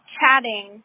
chatting